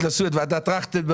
נראה לי שכן.